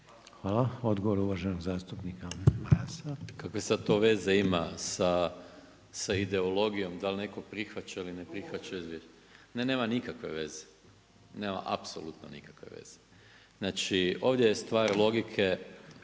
Marasa. **Maras, Gordan (SDP)** Kakve to sad to veze ima sa ideologijom da li netko prihvaća ili ne prihvaća izvješće? Ne, nema nikakve veze. Nema apsolutno nikakve veze. Znači, ovdje je stvar logike